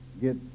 get